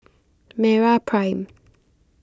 MeraPrime